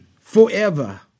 forever